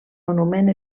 monument